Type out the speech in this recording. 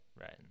Right